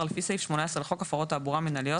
לפי סעיף 18 לחוק הפרות תעבורה מינהליות,